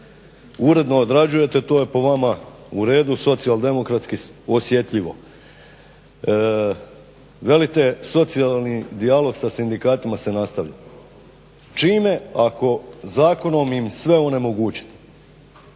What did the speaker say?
uredno odrađujete, to je po vama u redu, socijaldemokratski osjetljivo. Velite socijalni dijalog sa sindikatima se nastavlja. Čime? Ako zakonom im sve onemogućite,